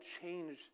change